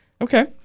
Okay